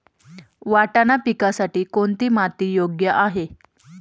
वाटाणा पिकासाठी कोणती माती योग्य आहे?